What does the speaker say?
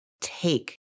take